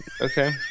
Okay